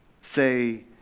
say